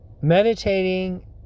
Meditating